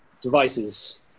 devices